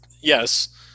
yes